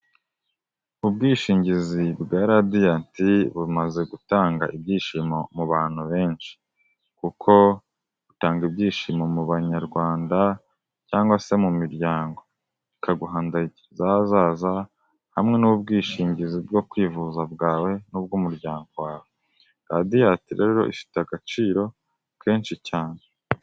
Ubwishingizi bwa Radiant bumaze gutanga ibyishimo mu bantu benshi, kuko butanga ibyishimo mu banyarwanda cyangwa se mu miryango, ikaguha ahazaza hamwe n'ubwishingizi bwo kwivuza bwawe n'ubwo umuryango wawe, Radiat rero ifite agaciro kenshi cyane.